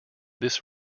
this